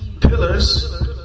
pillars